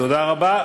תודה רבה.